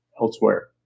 elsewhere